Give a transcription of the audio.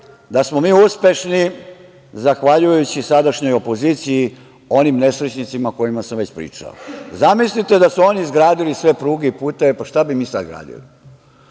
da smo mi uspešni, zahvaljujući sadašnjoj opoziciji, onim nesrećnicima o kojima sam već pričao. Zamislite da su oni izgradili sve pruge i puteve, pa šta bi mi sada gradili?